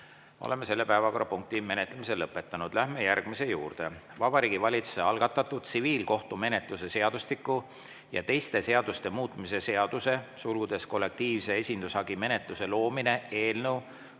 Oleme selle päevakorrapunkti menetlemise lõpetanud. Läheme järgmise juurde: Vabariigi Valitsuse algatatud tsiviilkohtumenetluse seadustiku ja teiste seaduste muutmise seaduse (kollektiivse esindushagi menetluse loomine) eelnõu